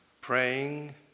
praying